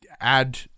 add